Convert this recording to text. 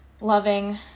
loving